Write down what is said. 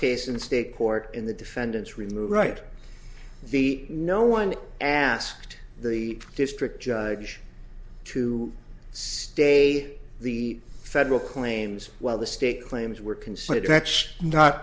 case in state court in the defendant's remove right the no one asked the district judge to stay the federal claims while the state claims were consulted patch not